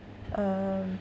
um